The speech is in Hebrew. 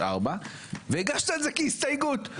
והגשת את זה כהסתייגות.